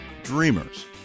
Dreamers